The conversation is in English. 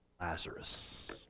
Lazarus